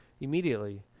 immediately